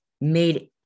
made